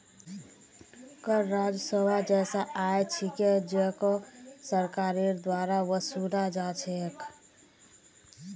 कर राजस्व वैसा आय छिके जेको सरकारेर द्वारा वसूला जा छेक